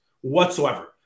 whatsoever